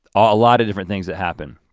a lot of different things that happened.